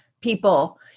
people